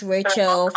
Rachel